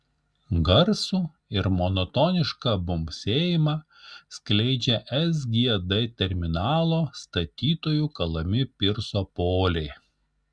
garsų ir monotonišką bumbsėjimą skleidžia sgd terminalo statytojų kalami pirso poliai